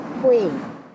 queen